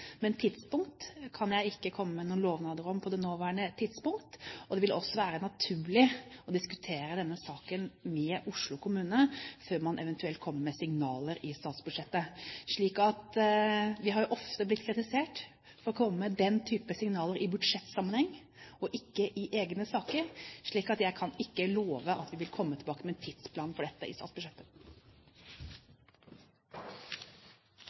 Men tidspunkt kan jeg ikke komme med noen lovnader om på det nåværende tidspunkt. Det vil også være naturlig å diskutere denne saken med Oslo kommune før man eventuelt kommer med signaler i statsbudsjettet. Vi har jo ofte blitt kritisert for å komme med den type signaler i budsjettsammenheng og ikke i egne saker, slik at jeg kan ikke love at vi vil komme tilbake med en tidsplan for dette i statsbudsjettet.